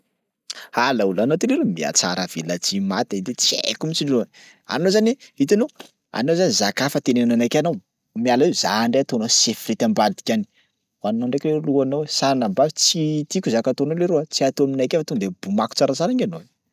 Ha laolo! anao ty leroa mihatsaravelatsy maty edy tsy haiko mihitsy leroa. Anao zany hitanao anao zany zaka hafa teneninao anakay anao miala eo za ndray ataonao sifirity ambadika any. Hohaninao ndraiky leroa lohanao, sanabavy tsy tiako zaka ataonao leroa tsy atao aminakay fa to de bomako tsaratsara nge ianao.